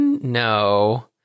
no